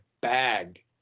bag